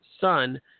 son –